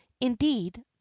indeed